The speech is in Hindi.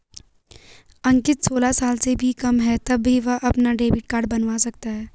अंकित सोलह साल से कम है तब भी वह अपना डेबिट कार्ड बनवा सकता है